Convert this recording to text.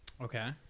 Okay